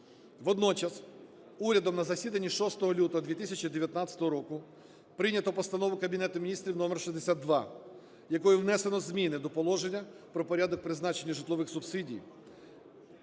Водночас урядом на засіданні 6 лютого 2019 року прийнято Постанову Кабінету Міністрів №62, якою внесено зміни до Положення про порядок призначення житлових субсидій